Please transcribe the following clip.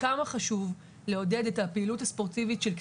כמה חשוב לעודד את הפעילות הספורטיבית של קטינים.